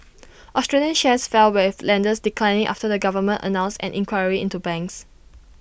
Australian shares fell with lenders declining after the government announced an inquiry into banks